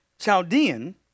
Chaldean